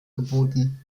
geboten